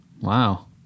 wow